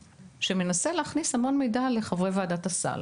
שמנסה להכניס המון מידע לחברי ועדת הסל